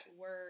word